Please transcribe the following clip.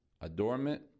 adornment